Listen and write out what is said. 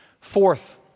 Fourth